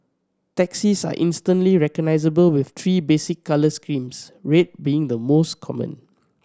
taxis are instantly recognisable with three basic colour schemes red being the most common